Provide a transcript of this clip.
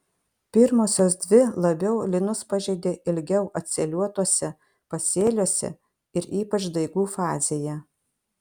pirmosios dvi labiau linus pažeidė ilgiau atsėliuotuose pasėliuose ir ypač daigų fazėje